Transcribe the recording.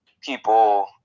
people